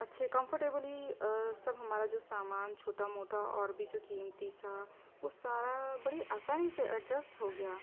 اچھے کمفرٹیبلی سب ہمارا جو سامان چھوٹا موٹا اور بھی جو قیمتی سا وہ سارا بڑی آسانی سے ایڈجسٹ ہو گیا